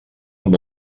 amb